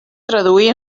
traduir